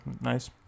nice